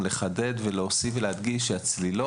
החוק הזה לא קובע הוראות מפורשות,